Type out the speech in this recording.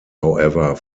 however